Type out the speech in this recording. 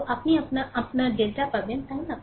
তো আপনি আমার ডেল্টা পাবেন তাই না